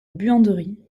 buanderie